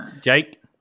Jake